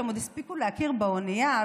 שהם עוד הספיקו להכיר באונייה,